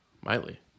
Miley